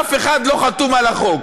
אף אחד לא חתום על החוק.